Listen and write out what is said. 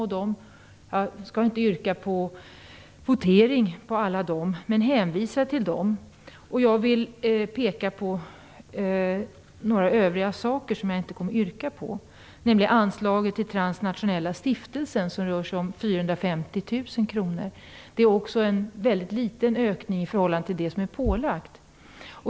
Jag skall inte yrka på votering på alla dem. Men jag hänvisar till dem. Jag vill peka på några övriga saker som jag inte kommer att yrka på, nämligen anslaget till Transnationella Stiftelsen. Det rör sig om 450 000 kr. Det är en mycket liten ökning i förhållande till det som är pålagt.